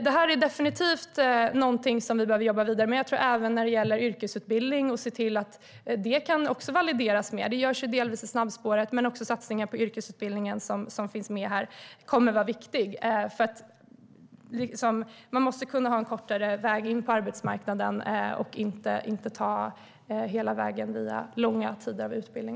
Det här är definitivt någonting som vi behöver jobba vidare med, men jag tror att det gäller även yrkesutbildning och validering. Det görs delvis i snabbspåret, men jag tror att satsningen på yrkesutbildningen som finns med här kommer att vara viktig. Man måste kunna ha en kortare väg in på arbetsmarknaden och inte behöva ta hela vägen med långa tider av utbildning.